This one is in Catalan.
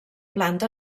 planta